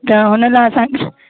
त हुन लाइ असांखे